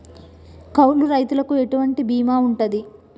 కౌలు రైతులకు ఎటువంటి బీమా ఉంటది?